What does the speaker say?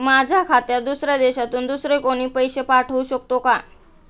माझ्या खात्यात दुसऱ्या देशातून दुसरे कोणी पैसे पाठवू शकतो का?